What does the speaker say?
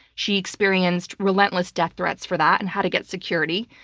she experienced relentless death threats for that, and had to get security.